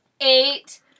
eight